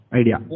idea